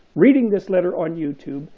reading this letter on youtube,